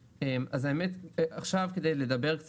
אז המשרד התחיל בלי שום קשר לתקנה הזאת